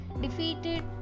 defeated